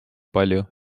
palju